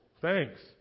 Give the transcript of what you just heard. thanks